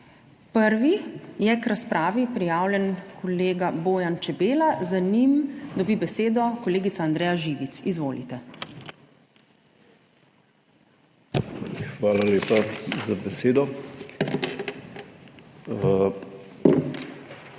Prvi je k razpravi prijavljen kolega Bojan Čebela, za njim dobi besedo kolegica Andreja Živic. Izvolite. BOJAN ČEBELA (PS